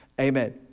Amen